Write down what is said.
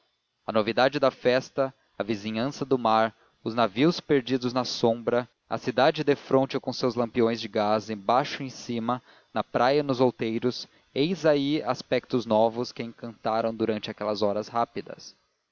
a novidade da festa a vizinhança do mar os navios perdidos na sombra a cidade defronte com os seus lampiões de gás embaixo e em cima na praia e nos outeiros eis aí aspectos novos que a encantaram durante aquelas horas rápidas